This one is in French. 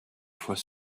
fois